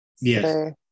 Yes